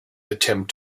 attempt